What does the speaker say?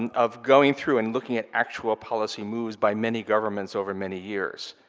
and of going through and looking at actual policy moves by many governments over many years.